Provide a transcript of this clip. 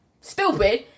stupid